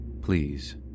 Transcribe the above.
Please